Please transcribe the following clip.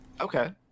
Okay